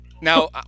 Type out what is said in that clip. Now